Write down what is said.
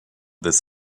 this